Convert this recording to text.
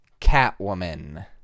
Catwoman